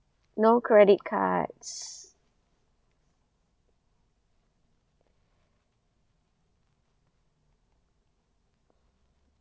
no credit cards